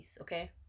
okay